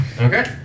Okay